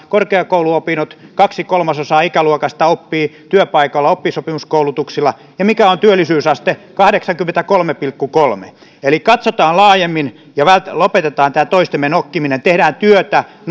korkeakouluopinnot kaksi kolmasosaa ikäluokasta oppii työpaikalla oppisopimuskoulutuksilla ja mikä on työllisyysaste kahdeksankymmentäkolme pilkku kolme eli katsotaan laajemmin ja lopetetaan tämä toistemme nokkiminen tehdään työtä nuorten